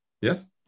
Yes